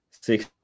six